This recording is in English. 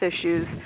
issues